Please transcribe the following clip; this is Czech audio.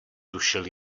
tušil